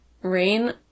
Rain